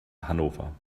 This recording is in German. hannover